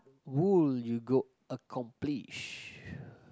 would you go accomplish